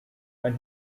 when